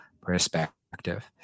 perspective